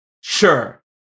Sure